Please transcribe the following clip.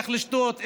איך לשתות,